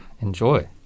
Enjoy